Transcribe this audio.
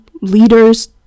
leaders